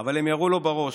אבל הם ירו לו בראש